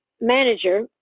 manager